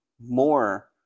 more